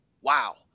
Wow